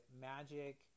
magic